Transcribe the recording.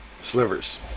Slivers